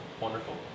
wonderful